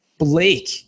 Blake